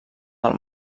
del